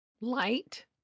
light